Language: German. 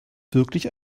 wirklich